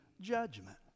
judgment